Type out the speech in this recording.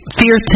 fear